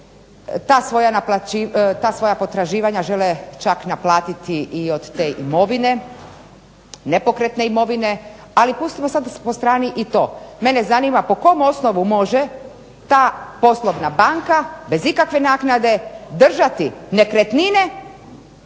Ta svoja potraživanja žele čak naplatiti od nepokretne imovine, ali pustimo sada po strani i to, mene zanima po kom osnovu može ta poslovna banka bez ikakve naknade držati nekretnine